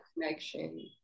connection